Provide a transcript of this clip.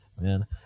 man